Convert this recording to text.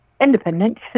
independent